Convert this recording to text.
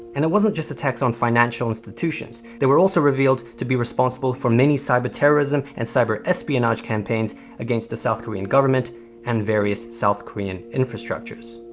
and, it wasn't just attacks on financial institutions, they were also revealed to be responsible for many cyber terrorism and cyber espionage campaigns against the south korean government and various south korean infrastructures.